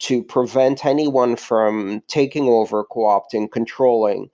to prevent anyone from taking over co opting, controlling,